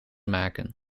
maken